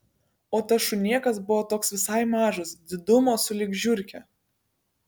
o tas šunėkas buvo toks visai mažas didumo sulig žiurke